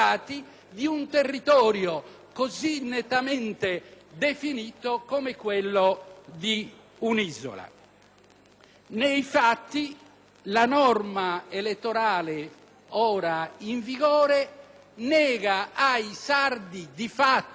Nei fatti, la norma elettorale ora in vigore nega ai sardi non teoricamente, ma di fatto la possibilità di rappresentare la Sardegna nel Parlamento europeo.